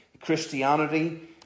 Christianity